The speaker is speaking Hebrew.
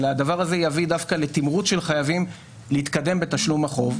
אלא הדבר הזה יביא דווקא לתמרוץ של חייבים להתקדם בתשלום החוב,